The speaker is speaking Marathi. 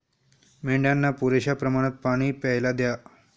मेंढ्यांना पुरेशा प्रमाणात पाणी प्यायला द्या